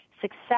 success